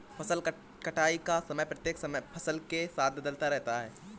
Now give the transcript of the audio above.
फसल कटाई का समय प्रत्येक फसल के साथ बदलता रहता है